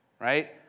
right